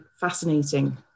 fascinating